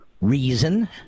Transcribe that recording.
reason